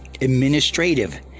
administrative